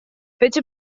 fece